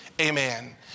Amen